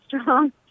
strong